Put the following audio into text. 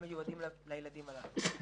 המיועדים לילדים האלה.